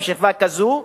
עם שכבה כזו,